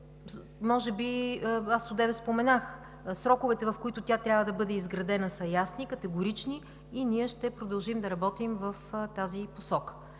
по-рано аз споменах: сроковете, в които тя трябва да бъде изградена, са ясни, категорични ние ще продължим да работим в тази посока.